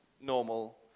normal